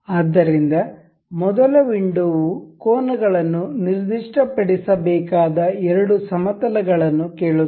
ಆದ್ದರಿಂದ ಮೊದಲ ವಿಂಡೋವು ಕೋನಗಳನ್ನು ನಿರ್ದಿಷ್ಟಪಡಿಸಬೇಕಾದ ಎರಡು ಸಮತಲಗಳನ್ನು ಕೇಳುತ್ತದೆ